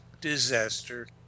disaster